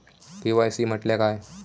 KYC म्हटल्या काय?